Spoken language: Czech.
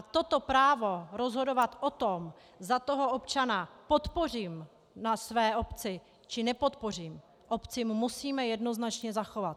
Toto právo rozhodovat o tom, zda toho občana podpořím na své obci, či nepodpořím, obcím musíme jednoznačně zachovat.